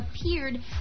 appeared